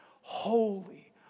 holy